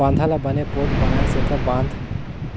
बांधा ल बने पोठ बनाए सेंथा बांध